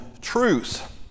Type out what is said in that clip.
truth